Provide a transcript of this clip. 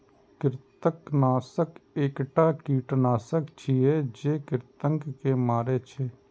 कृंतकनाशक एकटा कीटनाशक छियै, जे कृंतक के मारै छै